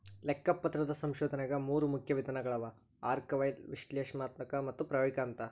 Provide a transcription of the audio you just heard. ಲೆಕ್ಕಪತ್ರದ ಸಂಶೋಧನೆಗ ಮೂರು ಮುಖ್ಯ ವಿಧಾನಗಳವ ಆರ್ಕೈವಲ್ ವಿಶ್ಲೇಷಣಾತ್ಮಕ ಮತ್ತು ಪ್ರಾಯೋಗಿಕ ಅಂತವ